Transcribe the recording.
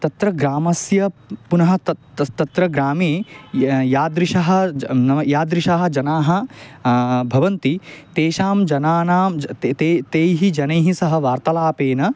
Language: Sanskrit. तत्र ग्रामस्य प् पुनः तत् तस् तत्र ग्रामे या यादृशः ज नाम यादृशाः जनाः भवन्ति तेषां जनानां ज ते ते तैः जनैः सह वार्तालापेन